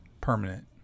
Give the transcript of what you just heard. permanent